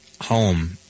home